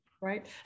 right